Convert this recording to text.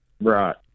Right